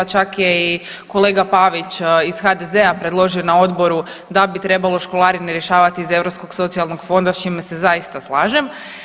Čak je i kolega Pavić iz HDZ-a predložio na odboru da bi trebalo školarine rješavati iz Europskog socijalnog fonda s čime se zaista slažem.